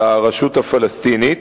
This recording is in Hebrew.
לרשות הפלסטינית,